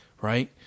right